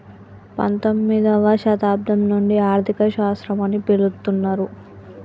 పంతొమ్మిదవ శతాబ్దం నుండి ఆర్థిక శాస్త్రం అని పిలుత్తున్నరు